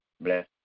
Bless